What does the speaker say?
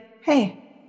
hey